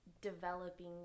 developing